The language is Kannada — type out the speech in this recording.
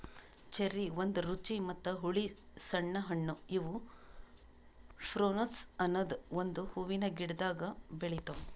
ಚೆರ್ರಿ ಒಂದ್ ರುಚಿ ಮತ್ತ ಹುಳಿ ಸಣ್ಣ ಹಣ್ಣು ಇವು ಪ್ರುನುಸ್ ಅನದ್ ಒಂದು ಹೂವಿನ ಗಿಡ್ದಾಗ್ ಬೆಳಿತಾವ್